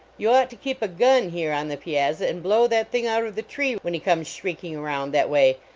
you ought to keep a gun here on the piazza and blow that thing out of the tree when he comes shrieking around that way.